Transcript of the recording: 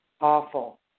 awful